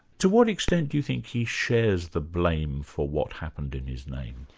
to what extent do you think he shares the blame for what happened in his name?